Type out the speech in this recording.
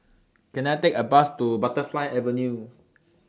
Can I Take A Bus to Butterfly Avenue